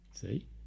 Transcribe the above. see